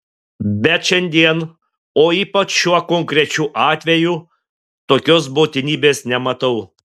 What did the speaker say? bet šiandien o ypač šiuo konkrečiu atveju tokios būtinybės nematau